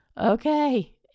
Okay